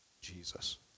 Jesus